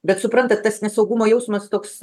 bet suprantat tas nesaugumo jausmas toks